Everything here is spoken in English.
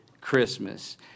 Christmas